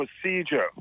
procedure